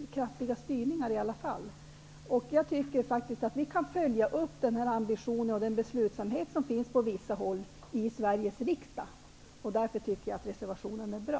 en kraftig styrning. Jag tycker faktiskt att vi kan följa upp den ambition och den beslutsamhet som finns på vissa håll i Sveriges riksdag. Därför tycker jag att reservationen är bra.